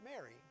Mary